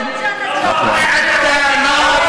לעולם אל-אקצא לא יושפל.